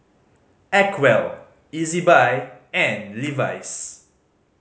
Acwell Ezbuy and Levi's